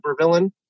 supervillain